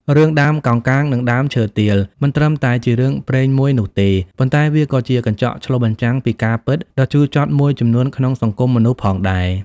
រឿង "ដើមកោងកាងនិងដើមឈើទាល" មិនត្រឹមតែជារឿងព្រេងមួយនោះទេ ប៉ុន្តែវាក៏ជាកញ្ចក់ឆ្លុះបញ្ចាំងពីការពិតដ៏ជូរចត់មួយចំនួនក្នុងសង្គមមនុស្សផងដែរ។